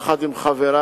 יחד עם חברי,